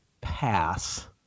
pass